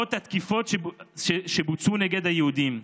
למרות התקיפות שבוצעו נגד היהודים,